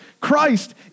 Christ